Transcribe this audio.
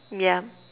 yeah